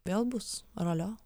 vėl bus ralio